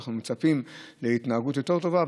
כשאנחנו מצפים להתנהגות יותר טובה?